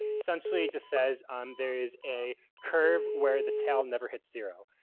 essentially it just says um there is a curve where the tail never hits zero.